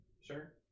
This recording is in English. Sure